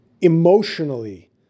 emotionally